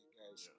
guys